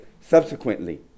subsequently